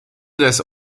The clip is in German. des